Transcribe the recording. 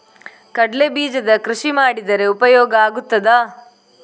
ಕಡ್ಲೆ ಬೀಜದ ಕೃಷಿ ಮಾಡಿದರೆ ಉಪಯೋಗ ಆಗುತ್ತದಾ?